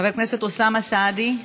חבר הכנסת אוסאמה סעדי,